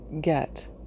get